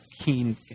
keen